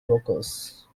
brokers